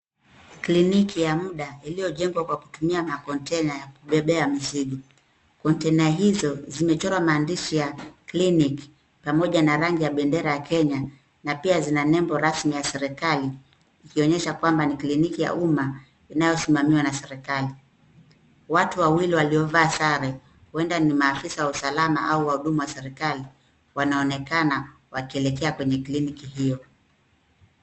Kliniki ya muda iliyojengwa kwa kutumia makontena ya kubebea mizigo. Kontena hizo zimechorwa maandishi ya kliniki pamoja na rangi ya bendera ya Kenya na pia zina nebo rasmi ya serikali ikionyesha kwamba ni kliniki ya umma inayosimamiwa na serikali. Watu wawili waliovaa sare, huenda ni maafisa wa usalama au wahudumu wa serikali wanaonekana wakielekea kwenye kliniki hiyo.